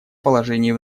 положении